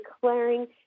declaring